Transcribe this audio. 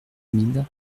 mille